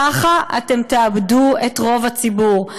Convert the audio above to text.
ככה אתם תאבדו את רוב הציבור,